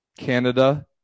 Canada